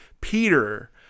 Peter